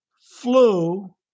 flew